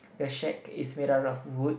the shack is made up of wood